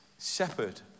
shepherd